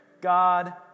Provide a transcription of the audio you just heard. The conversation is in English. God